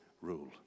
rule